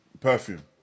perfume